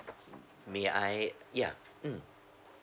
may I yeah mm